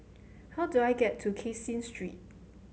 how do I get to Caseen Street